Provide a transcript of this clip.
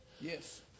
Yes